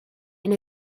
and